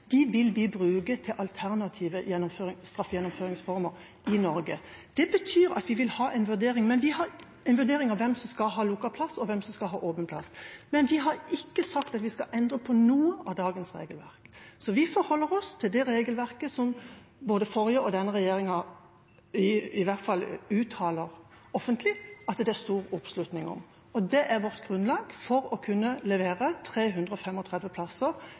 de pengene som regjeringa nå legger på bordet for å få plass nederlandsleie, vil vi bruke til alternative straffegjennomføringsformer i Norge. Det betyr at vi vil ha en vurdering av hvem som skal ha lukket plass, og hvem som skal ha åpen plass. Men vi har ikke sagt at vi skal endre på noe av dagens regelverk, så vi forholder oss til regelverket til den forrige regjeringa, og som denne regjeringa i hvert fall uttaler offentlig at det er stor oppslutning om. Det er vårt grunnlag for å kunne levere 335 plasser